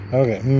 okay